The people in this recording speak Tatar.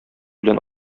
белән